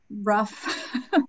rough